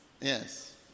Yes